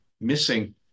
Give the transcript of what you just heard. missing